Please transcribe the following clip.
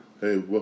Hey